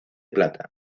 plata